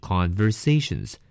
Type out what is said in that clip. Conversations